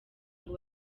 ngo